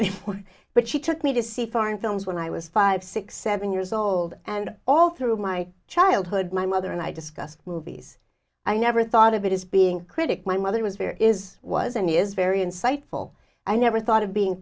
but she took me to see foreign films when i was five six seven years old and all through my childhood my mother and i discussed movies i never thought of it as being critic my mother was very is was and he is very insightful i never thought of being